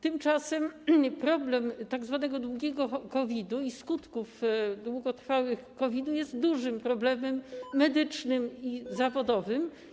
Tymczasem problem tzw. długiego COVID-u i skutków długotrwałych COVID-u jest dużym problemem medycznym i zawodowym.